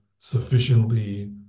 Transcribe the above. sufficiently